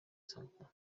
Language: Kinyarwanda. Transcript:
sankara